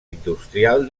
industrial